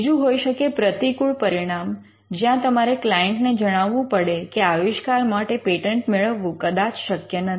બીજું હોઈ શકે પ્રતિકૂળ પરિણામ જ્યાં તમારે ક્લાયન્ટને જણાવવું પડે કે આવિષ્કાર માટે પેટન્ટ મેળવવું કદાચ શક્ય નથી